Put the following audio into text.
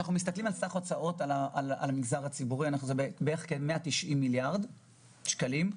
סך ההוצאות על המגזר הציבורי הן בערך 190 מיליארד שקלים.